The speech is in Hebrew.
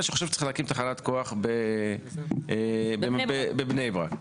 שחושב שצריך להקים תחנת כוח בבני ברק.